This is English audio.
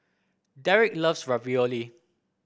Derik loves Ravioli